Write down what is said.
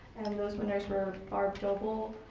and those winners were bart doble,